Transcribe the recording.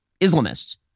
Islamists